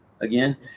again